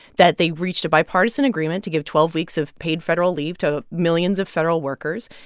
that they reached a bipartisan agreement to give twelve weeks of paid federal leave to millions of federal workers,